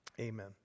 Amen